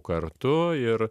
kartu ir